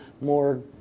more